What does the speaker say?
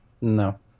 No